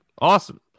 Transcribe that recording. Awesome